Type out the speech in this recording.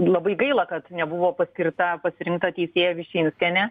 labai gaila kad nebuvo paskirta pasirinkta teisėja višinskienė